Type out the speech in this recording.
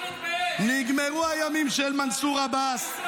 נגמרו הימים של מנסור עבאס.